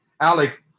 Alex